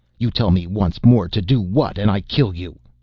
you tell me once more to do what and i kill you.